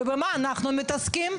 ובמה אנחנו מתעסקים?